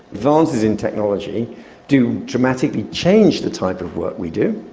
advances in technology do dramatically change the type of work we do,